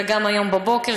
וגם היום בבוקר,